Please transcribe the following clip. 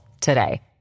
today